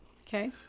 Okay